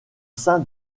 sein